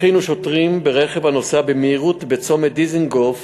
הבחינו שוטרים ברכב הנוסע במהירות בצומת דיזנגוף